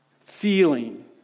feeling